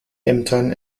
ämtern